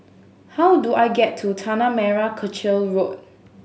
how do I get to Tanah Merah Kechil Road